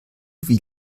wie